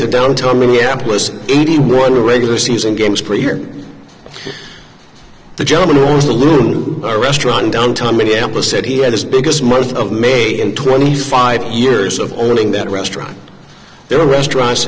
to downtown minneapolis eighty one regular season games play here the gentleman who owns a looter restaurant downtown minneapolis said he had his biggest most of may twenty five years of owning that restaurant there are restaurants